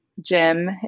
Jim